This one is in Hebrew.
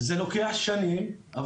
זה לוקח שנים.